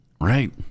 Right